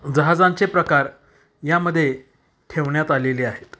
जहाजांचे प्रकार यामध्ये ठेवण्यात आलेले आहेत